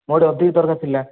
ମୋର ଟିକିଏ ଅଧିକ ଦରକାର ଥିଲା